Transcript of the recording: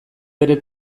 bere